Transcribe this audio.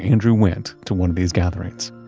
andrew went to one of these gatherings